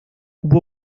hubo